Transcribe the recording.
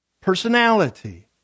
personality